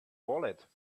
wallet